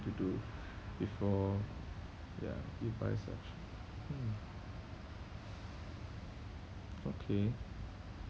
to do before ya you buy such mm okay